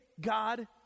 God